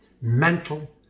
mental